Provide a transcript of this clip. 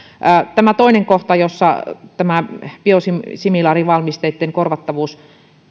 tämä toinen kohta jossa tämä biosimilaarivalmisteitten korvattavuus